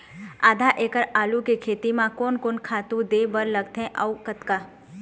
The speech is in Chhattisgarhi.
आधा एकड़ आलू के खेती म कोन कोन खातू दे बर लगथे अऊ कतका?